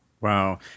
Wow